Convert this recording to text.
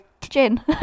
Gin